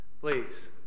Please